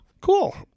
cool